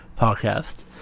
podcast